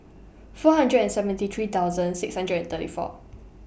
four hundred and seventy three thousand six hundred and thirty four